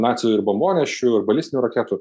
nacių ir bombonešių ir balistinių raketų